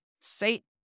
Satan